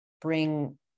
bring